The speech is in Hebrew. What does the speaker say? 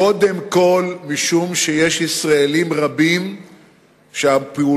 קודם כול משום שיש ישראלים רבים שהפעולה